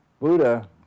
Buddha